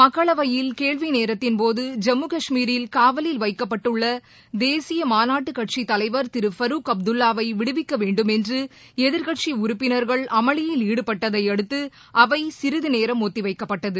மக்களவையில் கேள்வி நேரத்தின்போது ஜம்மு கஷ்மீரில் காவலில் வைக்கப்பட்டுள்ள தேசிய மாநாட்டுக் கட்சித் தலைவர் திரு ஃபருக் அப்துல்லாவை விடுவிக்க வேண்டுமென்று எதிர்க்கட்சி உறுப்பினர்கள் அமளியில் ஈடுபட்டதை அடுத்து அவை சிறிது நேரம் ஒத்திவைக்கப்பட்டது